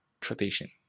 tradition